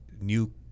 new